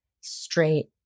straight